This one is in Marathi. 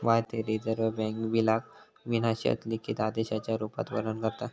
भारतीय रिजर्व बॅन्क बिलाक विना शर्त लिखित आदेशाच्या रुपात वर्णन करता